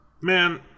Man